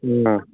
ꯑꯪ